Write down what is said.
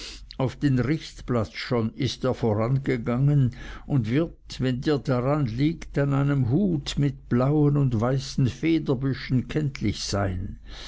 auf den richtplatz schon ist er vorangegangen und wird wenn dir daran liegt an einem hut mit blauen und weißen federbüschen kenntlich sein